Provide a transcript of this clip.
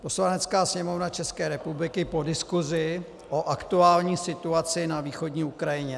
Poslanecká sněmovna České republiky po diskusi o aktuální situaci na východní Ukrajině